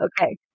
Okay